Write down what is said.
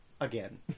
again